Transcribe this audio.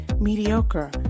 mediocre